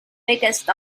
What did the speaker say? biggest